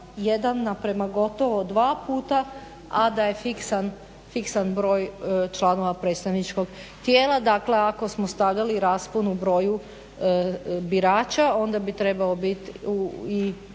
na prema gotovo dva puta, a da je fiksan broj članova predstavničkog tijela. Dakle ako smo .../Ne razumije se./... rasponu broju birača, onda bi trebao biti i